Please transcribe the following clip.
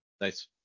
Nice